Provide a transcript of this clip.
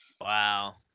wow